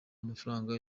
amafaranga